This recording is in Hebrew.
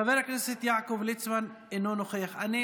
חבר הכנסת יעקב ליצמן, אינו נוכח.